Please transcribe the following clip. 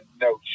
no